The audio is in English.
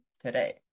today